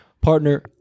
Partner